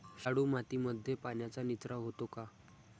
शाडू मातीमध्ये पाण्याचा निचरा होतो का?